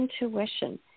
intuition